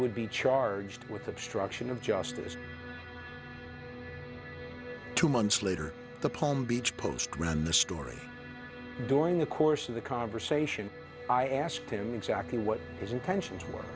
would be charged with obstruction of justice two months later the palm beach post ran the story during the course of the conversation i asked him exactly what his intentions were